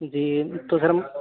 जी तो फिर